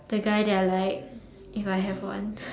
the guy that I like if I have one